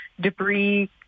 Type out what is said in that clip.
debris